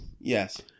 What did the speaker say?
Yes